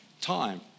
time